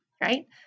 right